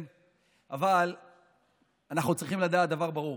אבל אנחנו צריכים לדעת דבר ברור.